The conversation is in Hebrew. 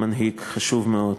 מנהיג חשוב מאוד.